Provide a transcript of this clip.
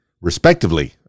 respectively